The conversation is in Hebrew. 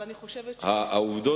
אני אגיד לך בדיוק מה העובדות.